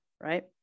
Right